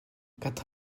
quatre